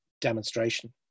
demonstration